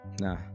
Nah